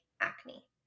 acne